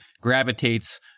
gravitates